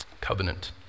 Covenant